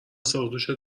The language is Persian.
ساقدوشت